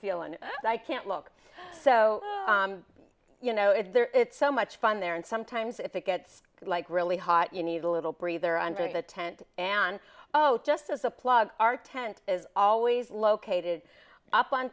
feel and i can't look so you know if there is so much fun there and sometimes if it gets like really hot you need a little breather under the tent and oh just as a plug our tent is always located up on